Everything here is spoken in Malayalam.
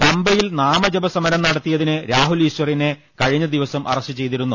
പമ്പയിൽ നാമജപ സമരം നടത്തിയതിന് രാഹുൽ ഈശ്വറിനെ കഴിഞ്ഞ ദിവസം അറസ്റ്റ് ചെയ്തിരുന്നു